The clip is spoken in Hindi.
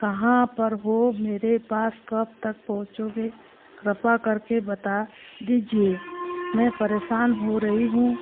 कहाँ पर हो मेरे पास कब तक पहुँचोगे कृपा करके बता दीजिए मैं परेशान हो रही हूँ